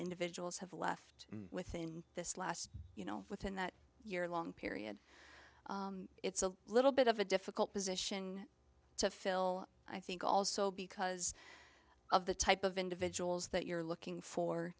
individuals have left within this last you know within that year long period it's a little bit of a difficult position to fill i think also because of the type of individuals that you're looking for